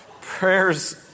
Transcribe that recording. Prayers